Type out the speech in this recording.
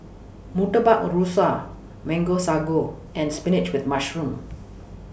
Murtabak Rusa Mango Sago and Spinach with Mushroom